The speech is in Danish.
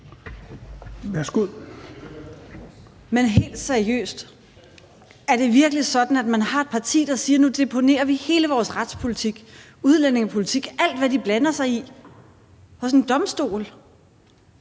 Men helt seriøst: Er det virkelig sådan, at man har et parti, der siger, at nu deponerer vi hele vores retspolitik og udlændingepolitik – alt, hvad de blander sig i – hos en domstol?